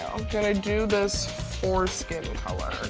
gonna do this foreskin color.